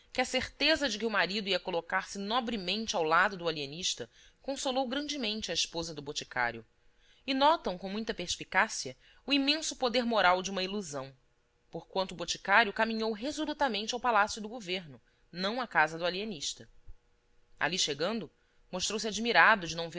que a certeza de que o marido ia colocar-se nobremente ao lado do alienista consolou grandemente a esposa do boticário e notam com muita perspicácia o imenso poder moral de uma ilusão porquanto o boticário caminhou resolutamente ao palácio do governo e não à casa do alienista ali chegando mostrou-se admirado de não